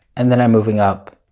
and then i'm moving up